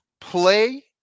play